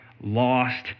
lost